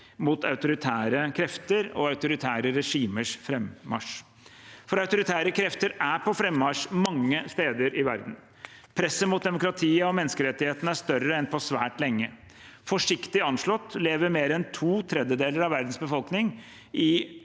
mot autoritære krefter og autoritære regimers frammarsj. Autoritære krefter er på frammarsj mange steder i verden. Presset mot demokratiet og menneskerettighetene er større enn på svært lenge. Forsiktig anslått lever mer enn to tredjedeler av verdens befolkning i